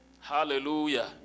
Hallelujah